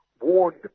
warned